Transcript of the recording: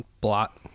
blot